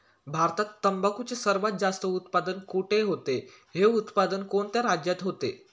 भारतात तंबाखूचे सर्वात जास्त उत्पादन कोठे होते? हे उत्पादन कोणत्या राज्यात होते?